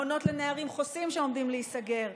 מעונות לנערים חוסים עומדים להיסגר,